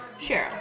Cheryl